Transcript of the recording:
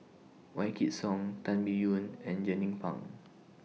Wykidd Song Tan Biyun and Jernnine Pang